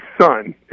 son